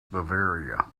bavaria